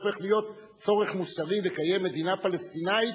הופך להיות צורך מוסרי לקיים מדינה פלסטינית,